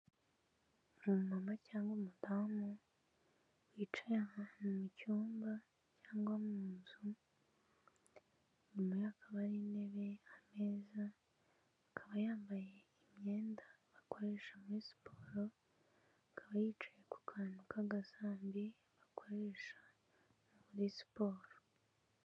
Umama cyangwa umudamu, wicaye ahantu mu cyumba cyangwa mu nzu, inyuma ye hakaba hari intebe, ameza, akaba yambaye imyenda akoresha muri siporo, bakaba yicaye ku kantu k'agasambi bakoresha muri siporo.